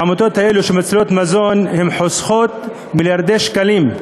העמותות האלה שמצילות מזון חוסכות מיליארדי שקלים.